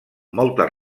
moltes